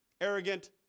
arrogant